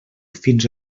fins